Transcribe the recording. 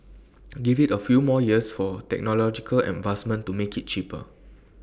give IT A few more years for technological advancement to make IT cheaper